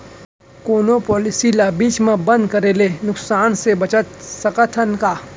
कोनो पॉलिसी ला बीच मा बंद करे ले नुकसान से बचत सकत हन का?